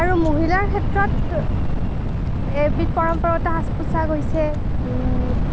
আৰু মহিলাৰ ক্ষেত্ৰত এবিধ পৰম্পৰাগত সাজ পোচাক হৈছে